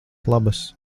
labas